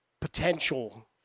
potential